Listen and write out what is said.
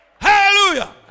Hallelujah